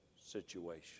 situation